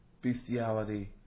bestiality